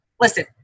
listen